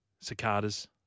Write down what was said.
Cicadas